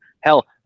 hell